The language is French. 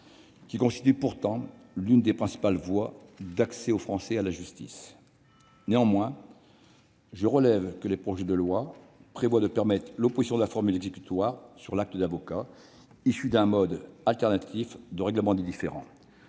qui constitue pourtant l'une des principales voies d'accès des Français à la justice. Néanmoins, je relève qu'il y est prévu de permettre l'apposition de la formule exécutoire sur l'acte d'avocat issu d'un mode alternatif de règlement des différends.